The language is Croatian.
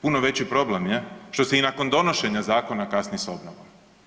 Puno veći problem je što se i nakon donošenja zakona kasni s obnovom.